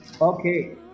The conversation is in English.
okay